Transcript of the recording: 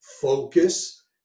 focus